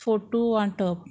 photo वांटप